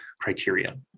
criteria